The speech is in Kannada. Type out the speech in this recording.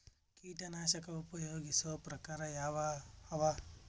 ಕೀಟನಾಶಕ ಉಪಯೋಗಿಸೊ ಪ್ರಕಾರ ಯಾವ ಅವ?